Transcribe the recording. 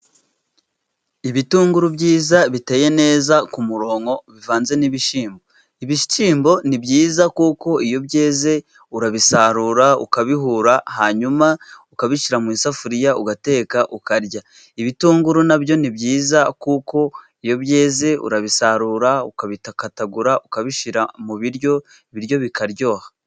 Ibitunguru byiza biteye neza ku murongo bivanze n'ibishyimbo. Ibishyimbo ni byiza kuko iyo byeze urabisarura ukabihura, hanyuma ukabishyira mu isafuriya ugateka ukarya. Ibitunguru na byo ni byiza kuko iyo byeze urabisarura ukabikatagura ukabishyira mu biryo, ibiryo bikaryoha.